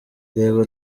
reba